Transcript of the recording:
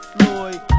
Floyd